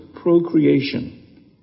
procreation